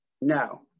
No